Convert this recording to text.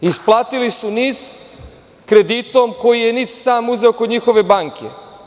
Isplatili su NIS kreditom koji je NIS sam uzeo kod njihove banke.